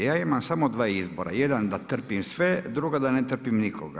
Ja imam samo dva izbora, jedan da trpim sve, drugi da ne trpim nikoga.